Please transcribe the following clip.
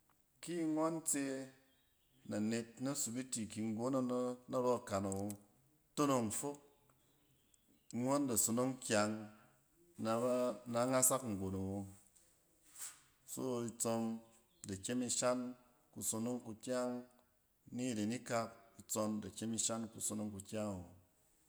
Ni ngↄn tse na anet na sibit ke nggon ngↄn na-narↄ ikan awo, tonong fok ngↄn da sonong kyang naba, na angasak nggon awo. So itsↄm da kyem isha kusonong kukyang. Ni iren ikak, itsↄm da kyem ishan kusonong kukyang awo.